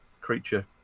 creature